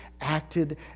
acted